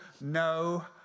no